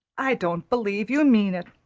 i don't believe you mean it,